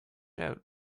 out